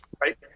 right